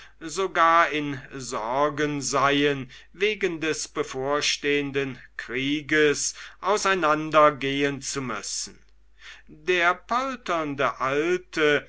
sogar in sorgen seien wegen des bevorstehenden krieges auseinandergehen zu müssen der polternde alte